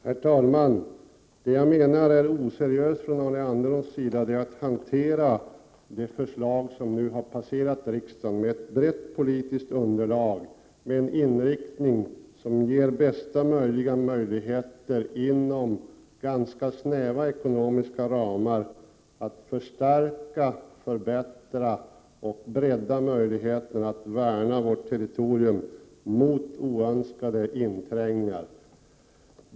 Herr talman! Jag menar att det är oseriöst av Arne Andersson i Ljung att hantera denna fråga så som han har gjort. Propositionen har fått brett stöd i utskottet och den har en inriktning som ger bästa tänkbara möjligheter att inom ganska snäva ekonomiska ramar förstärka, förbättra och bredda förutsättningarna att värna vårt territorium mot oönskade inträngningar.